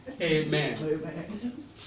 Amen